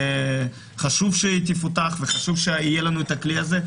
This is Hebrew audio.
וחשוב שהיא תפותח וחשוב שיהיה לנו הכלי הזה.